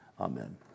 Amen